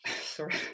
Sorry